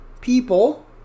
people